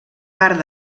part